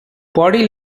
body